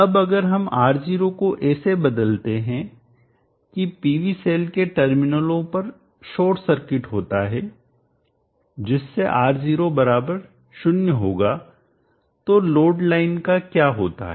अब अगर हम R0 को ऐसे बदलते हैं कि PV सेल के टर्मिनलों पर शॉर्ट सर्किट होता है जिससे R0 0 होगा तो लोड लाइन का क्या होता है